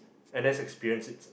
N_S experience it's